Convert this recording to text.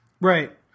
Right